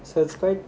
so it's quite